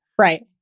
Right